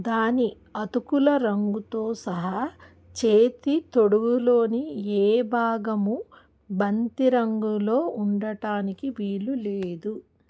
దాని అతుకుల రంగుతో సహా చేతి తొడుగులోని ఏ భాగము బంతి రంగులో ఉండటానికి వీలు లేదు